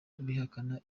bihakana